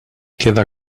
queda